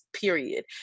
period